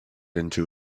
into